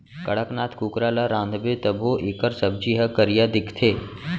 कड़कनाथ कुकरा ल रांधबे तभो एकर सब्जी ह करिया दिखथे